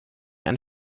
ein